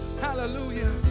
Hallelujah